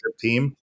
team